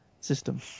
system